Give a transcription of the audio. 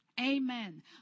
Amen